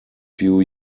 few